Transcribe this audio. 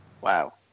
Wow